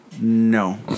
No